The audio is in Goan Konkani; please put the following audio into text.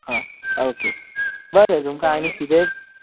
आं ओके बरें तुमकां आनी कितेंय